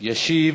(אומר בערבית: